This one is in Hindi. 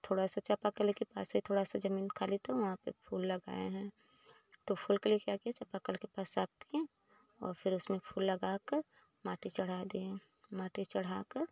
थोड़ा सा चापाकले के पास है थोड़ा सा जमीन खाली था वहाँ पर फूल लगाएँ हैं तो फूल के लिए क्या किए चापाकल के पास साफ किए और फिर उसमें फूल लगाकर माटी चढ़ा दिए माटी चढ़ाकर